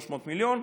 300 מיליון,